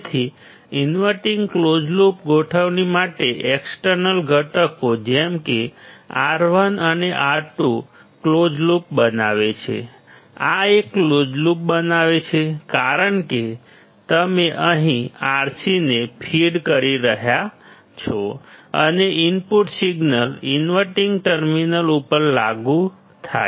તેથી inverting close loop ગોઠવણી માટે એક્સટર્નલ ઘટકો જેમ કે R1 અને R2 ક્લોઝ લૂપ બનાવે છે આ એક ક્લોઝ લૂપ બનાવે છે કારણ કે તમે અહીં RC ને ફીડ કરી રહ્યા છો અને ઇનપુટ સિગ્નલ ઇન્વર્ટીંગ ટર્મિનલ ઉપરથી લાગુ થાય છે